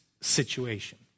situation